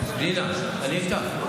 פנינה, אני איתך.